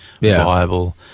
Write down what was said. viable